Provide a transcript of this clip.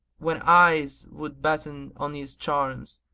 when eyes would batten on his charms,